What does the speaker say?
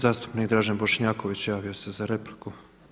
Zastupnik Dražen Bošnjaković javio se za repliku.